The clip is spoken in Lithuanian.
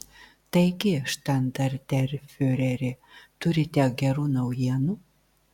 taigi štandartenfiureri turite gerų naujienų